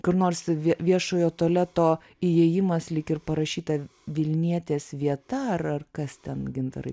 kur nors vie viešojo tualeto įėjimas lyg ir parašyta vilnietės vieta ar ar kas ten gintarai